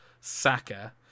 Saka